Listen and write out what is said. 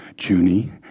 Junie